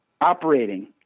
operating